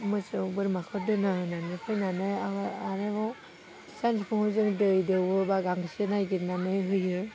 मोसौ बोरमाखौ दोना होनानै फैनानै आङो आरोबाव सानजौफुआव जों दै दौवोबा गांसो नागिरनानै होयो